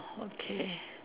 okay